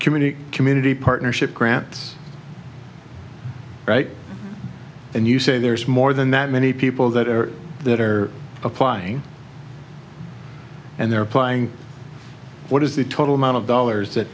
committee community partnership grants right and you say there's more than that many people that are that are applying and they're applying what is the total amount of dollars that